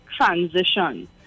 transition